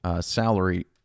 salary